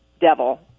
devil